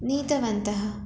नीतवन्तः